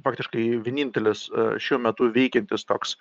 praktiškai vienintelis šiuo metu veikiantis toks